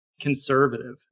conservative